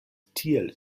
tiel